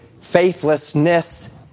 Faithlessness